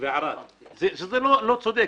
וערד את השאר, זה לא צודק.